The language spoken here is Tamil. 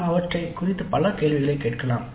நாம் அவற்றைக் குறித்து பல கேள்விகளைக் கேட்கலாம்